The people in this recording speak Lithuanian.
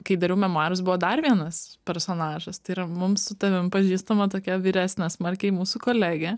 kai dariau memuarus buvo dar vienas personažas tai yra mums su tavim pažįstama tokia vyresnė smarkiai mūsų kolegė